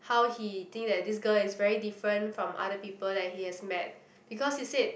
how he think that this girl is very different from other people that he has met because he said